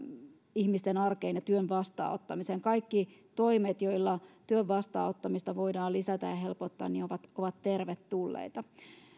ihmisten arkeen ja työn vastaanottamiseen kaikki toimet joilla työn vastaanottamista voidaan lisätä ja helpottaa ovat ovat tervetulleita